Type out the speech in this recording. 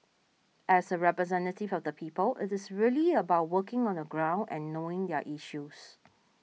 as a representative of the people it is really about working on the ground and knowing their issues